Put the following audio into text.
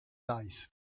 dice